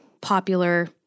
popular